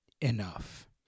enough